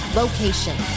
location